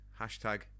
hashtag